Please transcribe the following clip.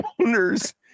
owners